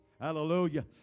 Hallelujah